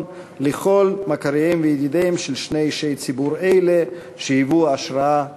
ולכל מכריהם וידידיהם של שני אישי ציבור אלה שהיוו השראה לרבים.